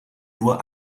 nur